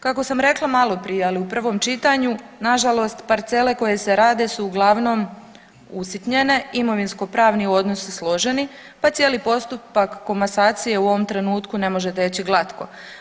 Kako sam rekla maloprije, ali i u prvom čitanju, nažalost parcele koje se rade su uglavnom usitnjene, imovinskopravni odnosi složeni, pa cijeli postupak komasacije u ovom trenutku ne može teći glatko.